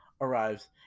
arrives